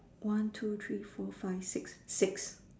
one two three four five six six